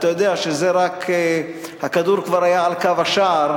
אתה יודע שהכדור כבר היה על קו השער,